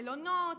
מלונות,